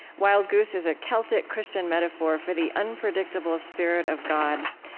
wild goose is a celtic-christian metaphor for the unpredictable spirit of god,